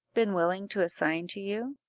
been willing to assign to you?